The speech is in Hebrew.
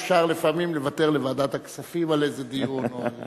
אפשר לפעמים לוותר לוועדת הכספים על איזה דיון או,